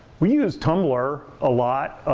we use tumblr a lot.